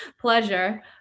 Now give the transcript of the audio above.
pleasure